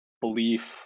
belief